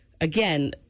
again